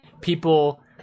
People